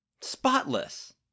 Spotless